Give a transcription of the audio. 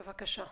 בבקשה.